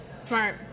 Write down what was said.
Smart